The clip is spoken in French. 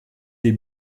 des